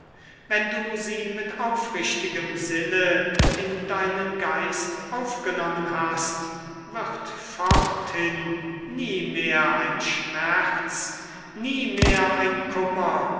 wenn du sie mit aufrichtigem sinne in deinen geist aufgenommen hast wird forthin nie mehr ein schmerz nie mehr ein kummer